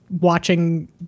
watching